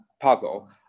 puzzle